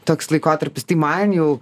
toks laikotarpis tai man jau